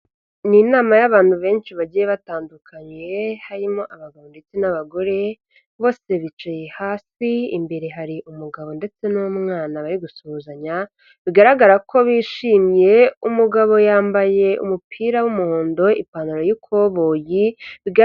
N'inama y'abantu benshi bagiye batandukanye harimo abagabo ndetse n'abagore, bose bicaye hasi imbere hari umugabo ndetse n'umwana bari gusuhuzanya, bigaragara ko bishimiye umugabo yambaye, umupira w'umuhondo ipantaro y'ikoboyi bigara.